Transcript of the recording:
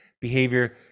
behavior